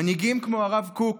מנהיגים כמו הרב קוק